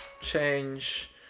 change